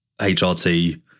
HRT